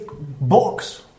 box